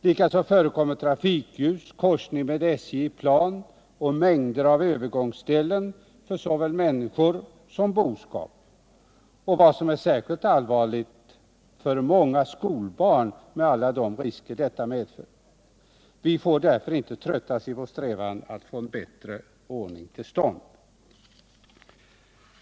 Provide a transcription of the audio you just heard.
Likaså förekommer trafikljus, korsning med järnväg i plan och mängder av övergångsställen för såväl människor som boskap. Vad som är särskilt allvarligt är de risker detta medför för många skolbarn. Vi får därför inte tröttas i vår strävan att få en bättre ordning till stånd.